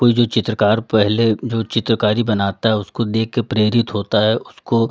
कोई जो चित्रकार पहले जो चित्रकारी बनाता है उसको देख के प्रेरित होता है उसको